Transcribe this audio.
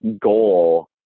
goal